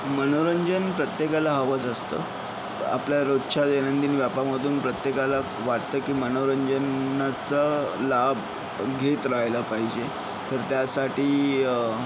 मनोरंजन प्रत्येकाला हवंच असतं आपल्या रोजच्या दैनंदिन व्यापामधून प्रत्येकाला वाटतं की मनोरंजनाचा लाभ घेत रहायला पाहिजे तर त्यासाठी